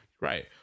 Right